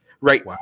right